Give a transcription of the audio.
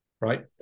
right